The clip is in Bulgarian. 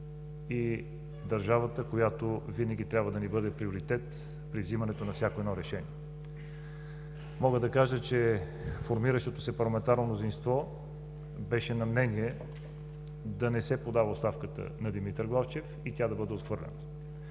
и държавата, която винаги трябва да ни бъде приоритет при взимането на всяко едно решение. Мога да кажа, че формиращото се парламентарно мнозинство беше на мнение да не се подава оставката на Димитър Главчев и тя да бъде отхвърлена.